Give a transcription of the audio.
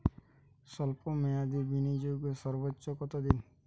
স্বল্প মেয়াদি বিনিয়োগ সর্বোচ্চ কত দিন?